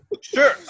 Sure